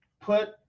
Put